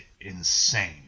insane